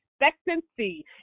expectancy